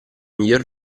miglior